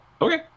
okay